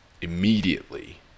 immediately